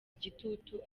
gitutu